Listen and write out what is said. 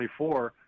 24